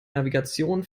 navigation